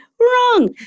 Wrong